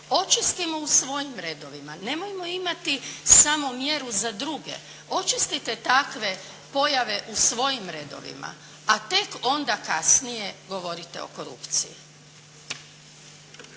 očistimo u svojim redovima, nemojmo imati samo mjeru za druge. Očistite takve pojave u svojim redovima, a tek onda kasnije govorite o korupciji.